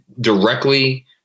directly